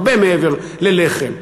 הרבה מעבר ללחם.